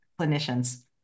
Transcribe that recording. clinicians